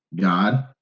God